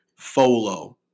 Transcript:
FOLO